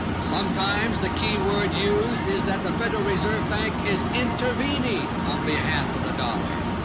sometimes the key word used is that the federal reserve bank is intervening on behalf of the dollar.